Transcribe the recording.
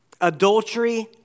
adultery